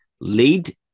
lead